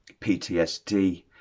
PTSD